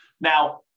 Now